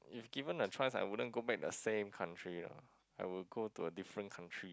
if given a chance I wouldn't go back the same country lor I will go to a different country